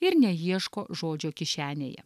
ir neieško žodžio kišenėje